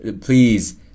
please